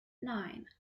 nine